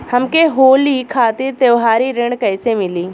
हमके होली खातिर त्योहारी ऋण कइसे मीली?